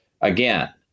again